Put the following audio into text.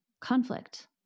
Conflict